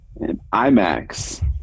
IMAX